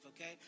okay